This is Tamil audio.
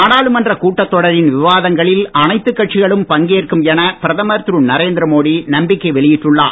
நாடாளுமன்ற கூட்டத் தொடரின் விவாதங்களில் அனைத்துக் கட்சிகளும் பங்கேற்கும் என பிரதமர் திரு நரேந்திரமோடி நம்பிக்கை வெளியிட்டுள்ளார்